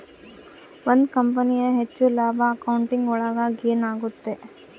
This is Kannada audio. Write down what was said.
ಒಂದ್ ಕಂಪನಿಯ ಹೆಚ್ಚು ಲಾಭ ಅಕೌಂಟಿಂಗ್ ಒಳಗ ಗೇನ್ ಆಗುತ್ತೆ